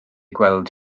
gweld